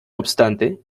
obstante